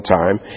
time